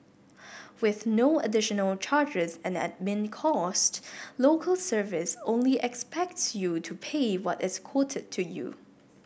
with no additional charges and admin costs Local Service only expects you to pay what is quoted to you